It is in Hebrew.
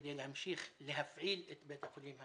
כדי להמשיך להפעיל את בית החולים הסקוטי,